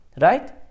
right